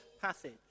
passage